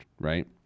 right